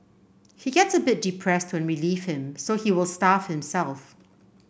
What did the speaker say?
he gets a bit depressed when we leave him so he will starve himself